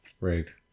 Right